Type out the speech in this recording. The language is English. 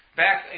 back